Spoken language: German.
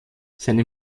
seine